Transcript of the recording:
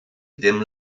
ddim